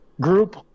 group